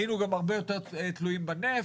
היינו גם הרבה יותר תלויים בנפט,